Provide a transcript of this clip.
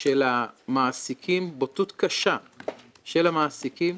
של המעסיקים, בוטות קשה של המעסיקים.